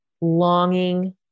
longing